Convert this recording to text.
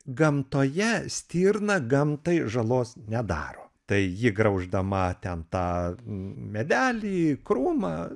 gamtoje stirna gamtai žalos nedaro tai ji grauždama ten tą medelį krūmą